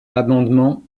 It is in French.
l’amendement